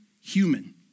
human